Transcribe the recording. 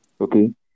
Okay